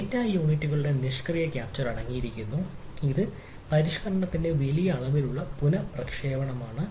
data യൂണിറ്റുകളുടെ നിഷ്ക്രിയ capture അടങ്ങിയിരിക്കുന്നു ഇത് തീയതി പരിഷ്കരണത്തിന്റെ വലിയ അളവിലുള്ള പുനപ്രക്ഷേപണമാണ്